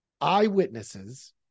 eyewitnesses